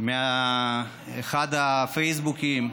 מאחד הפייסבוקים: